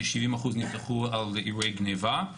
כ-70 אחוז מהתיקים נפתחו על אירועי גניבה,